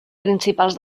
principals